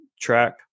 track